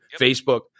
Facebook